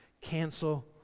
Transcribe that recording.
Cancel